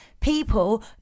people